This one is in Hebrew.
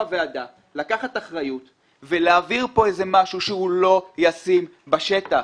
הוועדה לקחת אחריות ולהעביר פה משהו שהוא לא ישים בשטח.